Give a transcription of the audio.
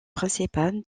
principal